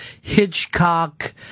Hitchcock